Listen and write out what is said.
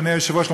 אדוני היושב-ראש,